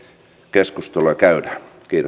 keskustelua käydään